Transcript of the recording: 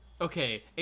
Okay